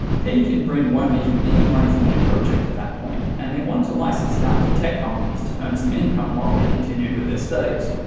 page and brin weren't making any money from their project at that point and they wanted to license it out to tech companies to earn some income while they continued with their studies.